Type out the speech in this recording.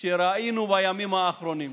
שראינו בימים האחרונים.